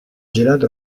gelato